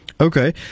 Okay